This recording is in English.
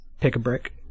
Pick-A-Brick